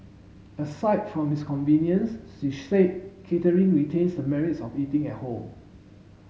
aside from its convenience she said catering retains the merits of eating at home